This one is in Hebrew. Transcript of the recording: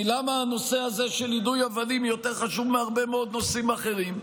למה הנושא הזה של יידוי אבנים יותר חשוב מהרבה מאוד נושאים אחרים?